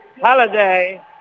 Holiday